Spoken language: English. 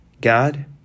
God